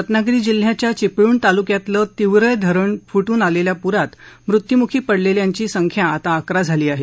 रत्नागिरी जिल्ह्याच्या चिपळूण तालुक्यातलं तिवरे धरण फुजि आलेल्या पुरात मृत्यूमुखी पडल्याची संख्या आता अकरा झाली आहे